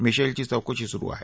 मिशेलची चौकशी सुरू आहे